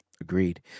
Agreed